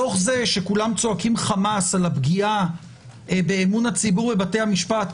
תוך זה שכולם צועקים חמס על הפגיעה באמון הציבור בבתי המשפט,